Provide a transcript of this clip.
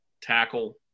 tackle